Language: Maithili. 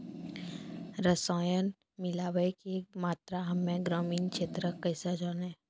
रसायन मिलाबै के मात्रा हम्मे ग्रामीण क्षेत्रक कैसे जानै?